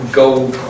gold